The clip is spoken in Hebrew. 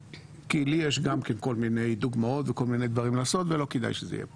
גם לי יש כל מיני דוגמאות ולא כדאי שזה יהיה כאן.